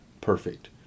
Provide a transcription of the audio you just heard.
perfect